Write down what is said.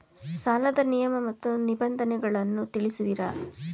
ಸಾಲದ ನಿಯಮ ಮತ್ತು ನಿಬಂಧನೆಗಳನ್ನು ತಿಳಿಸುವಿರಾ?